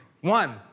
One